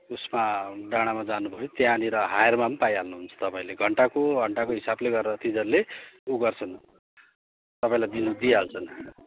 उसमा डाँडामा जानुभयो भने त्यहाँनिर हायरमा पनि पाइहाल्नु हुन्छ तपाईँले घन्टाको घन्टाको हिसाब गरेर तिनीहरूले उ गर्छन् तपाईँलाई दिइहाल्छन्